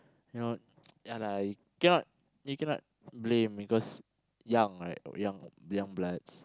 you know ya lah you cannot you cannot blame because young right or young young bloods